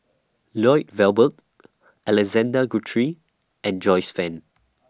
Lloyd Valberg Alexander Guthrie and Joyce fan